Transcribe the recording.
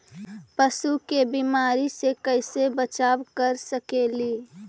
पशु के बीमारी से कैसे बचाब कर सेकेली?